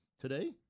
today